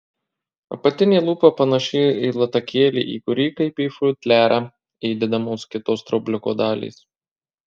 apatinė lūpa panaši į latakėlį į kurį kaip į futliarą įdedamos kitos straubliuko dalys